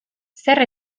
zer